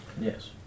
Yes